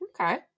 okay